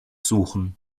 suchen